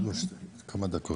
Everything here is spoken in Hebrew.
בנוסף, דבר